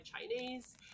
Chinese